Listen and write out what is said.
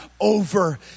over